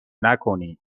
نکنید